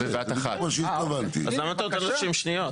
אמרת 60 שניות.